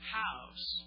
house